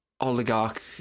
oligarch